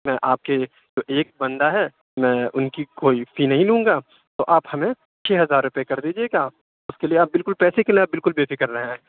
میں آپ کے ایک بندہ ہے میں اُن کی کوئی فی نہیں لوں گا تو آپ ہمیں چھ ہزار روپے کر دیجیے گا اُس کے لیے آپ بالکل پیسے کے لیے آپ بالکل بے فکر رہیں